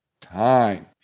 time